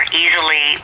easily